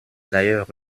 d’ailleurs